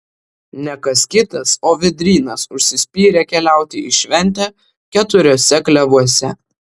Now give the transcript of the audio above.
ne kas kitas o vėdrynas užsispyrė keliauti į šventę keturiuose klevuose